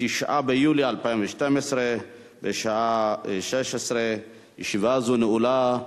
9 ביולי 2012, בשעה 16:00. ישיבה זו נעולה.